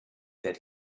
that